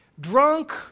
drunk